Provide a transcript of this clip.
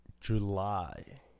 july